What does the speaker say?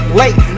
late